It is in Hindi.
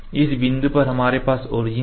इस बिंदु पर हमारे पास ओरिजिन है